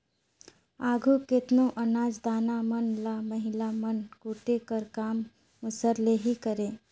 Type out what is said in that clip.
आघु केतनो अनाज दाना मन ल महिला मन कूटे कर काम मूसर ले ही करें